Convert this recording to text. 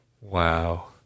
Wow